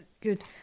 good